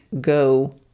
go